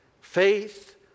Faith